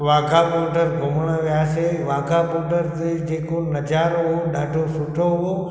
Wagah border घुमण वियासीं Wagah border ते जेको नाज़ारो हुओ ॾाढो सुठो हुओ